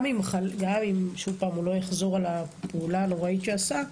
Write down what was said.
גם אם לא יחזור על הפעולה הנוראית שעשה,